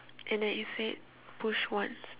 and then it said push once